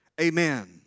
amen